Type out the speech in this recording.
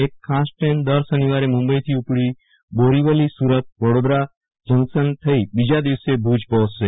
એક ખાસ ટ્રેન દર શનિવારે મુંબઇથી ઉપડી બોરીવલી સુરત અને વડોદરા થઇ બીજા દિવસે ભુજ પહોંચશે